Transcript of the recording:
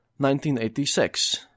1986